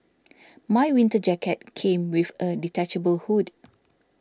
my winter jacket came with a detachable hood